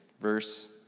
verse